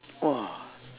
!wah!